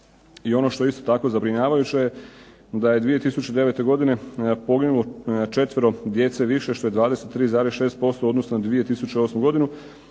I ono što je isto tako zabrinjavajuće, da je 2009. godine poginulo četvero djece više što je 23,6% u odnosu na 2008. godinu